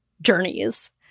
journeys